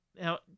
now